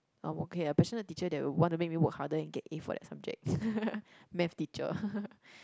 I'm okay ah passionate teacher that would want to make me work harder and get A for that subject Math teacher